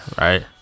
right